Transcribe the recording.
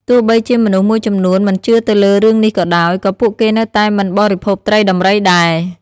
ទោះបីជាមនុស្សមួយចំនួនមិនជឿទៅលើរឿងនេះក៏ដោយ ក៏ពួកគេនៅតែមិនបរិភោគត្រីដំរីដែរ។